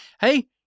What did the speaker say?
hey